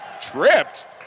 tripped